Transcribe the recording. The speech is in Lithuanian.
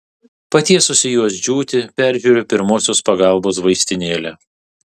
patiesusi juos džiūti peržiūriu pirmosios pagalbos vaistinėlę